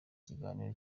kiganiro